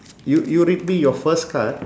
y~ you read me your first card